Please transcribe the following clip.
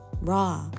raw